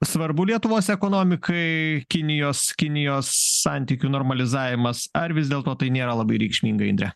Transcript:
svarbu lietuvos ekonomikai kinijos kinijos santykių normalizavimas ar vis dėlto tai nėra labai reikšmingai indre